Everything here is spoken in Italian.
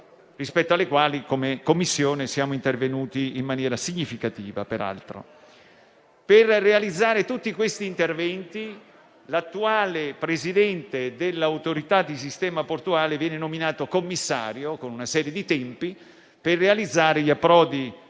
rispetto ai quali, come Commissione, siamo peraltro intervenuti in maniera significativa. Per realizzare tutti questi interventi, l'attuale presidente dell'autorità di sistema portuale viene nominato commissario, con una serie di tempi, per realizzare gli approdi